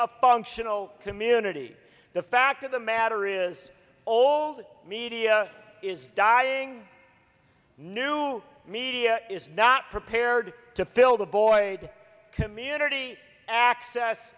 a functional community the fact of the matter is all media is dying new media is not prepared to fill the void community access